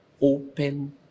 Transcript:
open